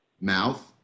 mouth